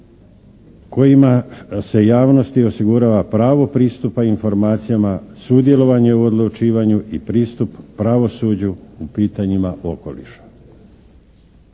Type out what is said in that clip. kojima se javnosti osigurava pravo pristupa informacijama, sudjelovanje u odlučivanju i pristup pravosuđu u pitanjima okoliša.